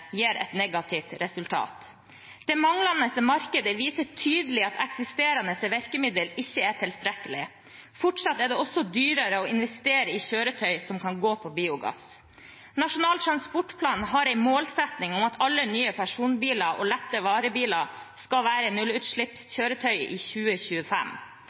gir et negativt resultat. Det manglende markedet viser tydelig at eksisterende virkemidler ikke er tilstrekkelige. Fortsatt er det også dyrere å investere i kjøretøy som kan gå på biogass. Nasjonal transportplan har en målsetting om at alle nye personbiler og lette varebiler skal være nullutslippskjøretøy i 2025.